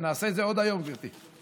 נעשה את זה עוד היום, גברתי.